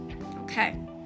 Okay